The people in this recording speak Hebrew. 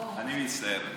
אני מצטער.